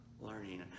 learning